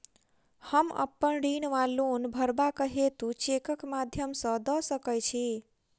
हम अप्पन ऋण वा लोन भरबाक हेतु चेकक माध्यम सँ दऽ सकै छी?